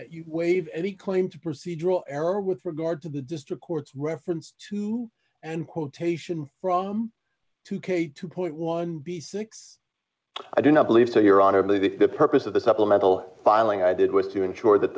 that you waive any claim to procedural error with regard to the district court's reference to an quotation from two k two point one b six i do not believe so your honor i believe that the purpose of the supplemental filing i did was to ensure that